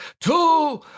two